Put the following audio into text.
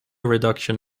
reduction